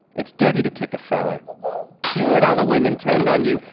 it's dirty to kick a fellow you heard how the women turned on you.